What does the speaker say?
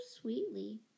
sweetly